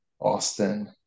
Austin